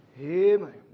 Amen